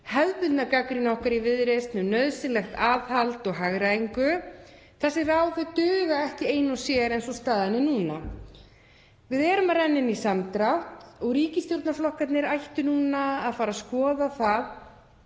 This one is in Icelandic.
hefðbundna gagnrýni okkar í Viðreisn um nauðsynlegt aðhald og hagræðingu. Þessi ráð duga ekki ein og sér eins og staðan er núna. Við erum að renna inn í samdrátt og ríkisstjórnarflokkarnir ættu núna að fara að skoða það